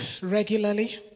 regularly